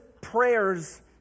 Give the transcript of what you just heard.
prayers